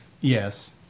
yes